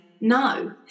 No